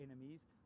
enemies